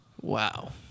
Wow